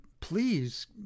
Please